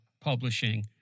publishing